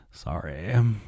Sorry